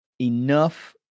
enough